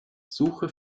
suche